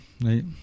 Right